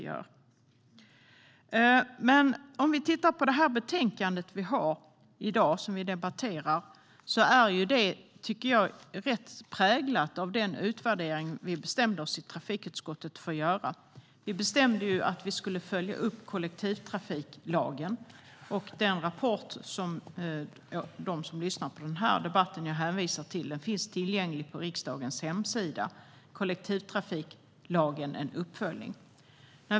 Det betänkande som vi debatterar i dag är rätt präglat av den utvärdering vi i trafikutskottet bestämde oss för att göra, tycker jag. Vi bestämde att vi skulle följa upp kollektivtrafiklagen. Den rapport som de som lyssnar på den här debatten hänvisats till, Kollektivtrafiklagen - en uppföljning , finns tillgänglig på riksdagens hemsida.